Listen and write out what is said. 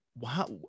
wow